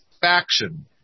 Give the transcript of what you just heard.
faction